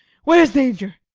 where's danger?